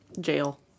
Jail